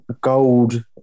gold